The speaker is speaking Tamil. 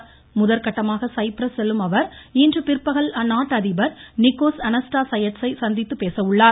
நாடுகளுக்கு முதற்கட்டமாக சைப்ரஸ் செல்லும் அவர் இன்று பிற்பகல் அந்நாட்டு அதிபர் நிகோஸ் அனாஸ்டா சையட்ஸை சந்தித்துப் பேசவுள்ளார்